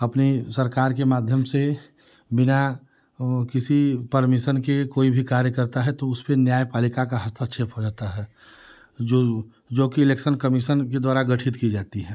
अपनी सरकार के माध्यम से बिना वह किसी परमीसन के कोई भी कार्य करता है तो उसपे न्याय पालिका का हस्ताछेप हो जाता है जो जो कि इलेक्सन कमीसन के द्वारा गठित की जाती है